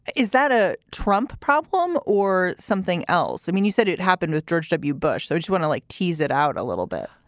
is that a trump problem or something else? i mean, you said it happened with george w. bush. so do you want to, like, tease it out a little bit?